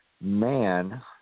man